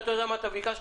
אתה יודע מה אתה ביקשת?